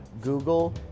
Google